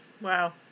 wow